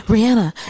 Rihanna